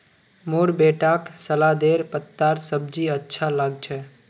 मोर बेटाक सलादेर पत्तार सब्जी अच्छा लाग छ